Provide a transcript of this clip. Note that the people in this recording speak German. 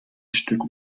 stück